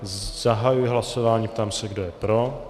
Zahajuji hlasování a ptám se, kdo je pro.